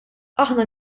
aħna